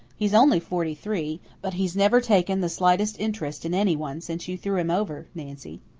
he's only forty-three. but he's never taken the slightest interest in anyone since you threw him over, nancy.